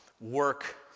work